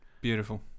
Beautiful